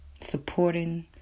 supporting